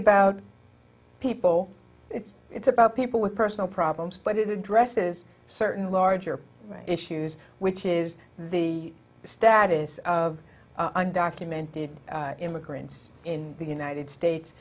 about people it's about people with personal problems but it addresses certain larger issues which is the status of undocumented immigrants in the united states